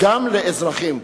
גם לאזרחים.